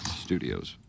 studios